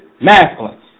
masculine